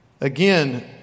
Again